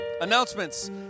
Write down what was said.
announcements